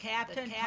Captain